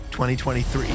2023